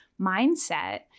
mindset